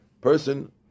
person